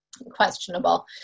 questionable